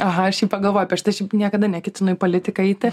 aha aš jau pagalvojau prieš tai šiaip niekada neketinu į politiką eiti